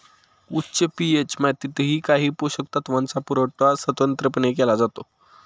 उच्च पी.एच मातीतही काही पोषक तत्वांचा पुरवठा स्वतंत्रपणे केला जातो